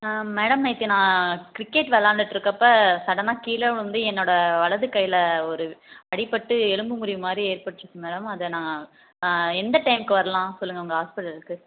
madam நேற்று நான் cricket விளைண்டுட்ருக்கப்ப சடனா கீழே விழுந்து என்னோடய வலது கையில் ஒரு அடிப்பட்டு எலும்பு முறிவுமாதிரி ஏற்பட்டுருச்சு மேடம் அதை நான் எந்த டைம்க்கு வர்லாம் சொல்லுங்கள் உங்கள் ஹாஸ்பிட்டலுக்கு